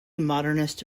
modernist